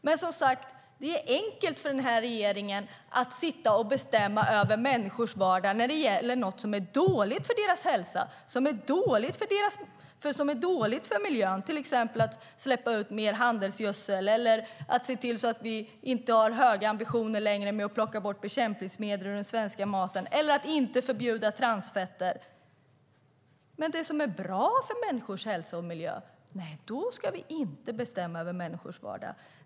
Det är dock, som sagt, enkelt för regeringen att sitta och bestämma över människors vardag när det gäller något som är dåligt för deras hälsa och för miljön. Det kan till exempel handla om att släppa ut mer handelsgödsel, att se till att vi inte längre har höga ambitioner när det gäller att plocka bort bekämpningsmedel ur den svenska maten eller att inte förbjuda transfetter. När det gäller det som är bra för människors hälsa och miljö ska vi dock inte bestämma över människors vardag.